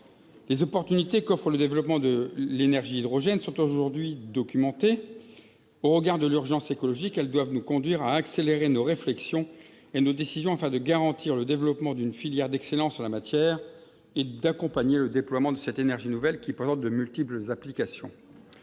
Les opportunités qu'offre le développement de l'énergie hydrogène sont aujourd'hui documentées. Au regard de l'urgence écologique, elles doivent nous conduire à accélérer nos réflexions et nos décisions, afin de garantir le développement d'une filière d'excellence en la matière et d'accompagner le déploiement de cette énergie nouvelle, qui présente de multiples applications.